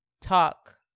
talk